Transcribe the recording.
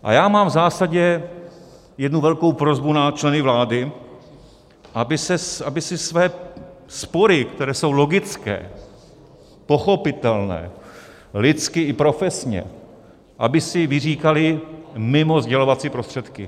A já mám v zásadě jednu velkou prosbu na členy vlády, aby si své spory, které jsou logické, pochopitelné lidsky i profesně, vyříkali mimo sdělovací prostředky.